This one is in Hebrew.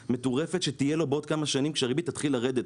מטורפת שתהיה לו בעוד כמה שנים כשהריבית תתחיל לרדת,